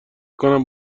کنم